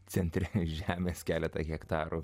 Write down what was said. centre žemės keletą hektarų